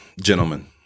gentlemen